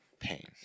pain